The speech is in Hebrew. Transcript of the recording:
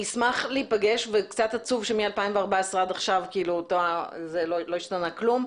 אני אשמח להיפגש וקצת עצוב שמ-2014 עד עכשיו לא השתנה כלום.